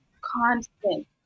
constant